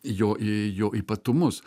jo i jo ypatumus